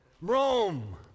Rome